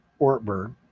Ortberg